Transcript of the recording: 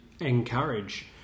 encourage